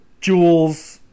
jewels